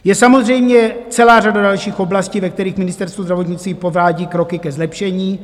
Je samozřejmě celá řada dalších oblastí, ve kterých Ministerstvo zdravotnictví provádí kroky ke zlepšení.